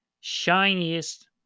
shiniest